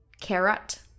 carrot